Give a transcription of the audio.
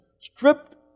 stripped